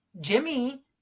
Jimmy